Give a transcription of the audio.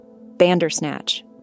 Bandersnatch